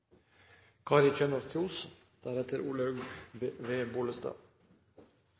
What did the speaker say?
Kari Kjønaas Kjos